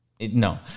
No